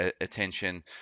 attention